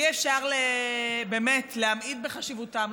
שאי-אפשר להמעיט בחשיבותם,